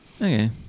Okay